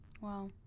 Wow